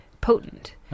Potent